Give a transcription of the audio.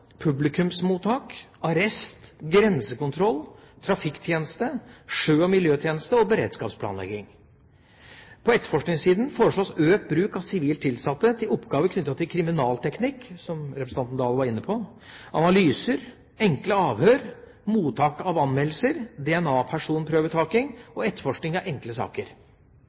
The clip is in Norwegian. publikumsmottak, arrest, grensekontroll, trafikktjeneste, sjø- og miljøtjeneste og beredskapsplanlegging. På etterforskningssiden foreslås økt bruk av sivilt tilsatte til oppgaver knyttet til kriminalteknikk, som representanten André Oktay Dahl var inne på, analyser, enkle avhør, mottak av anmeldelser, DNA-personprøvetaking og etterforskning av enkle saker.